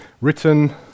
written